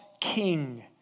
king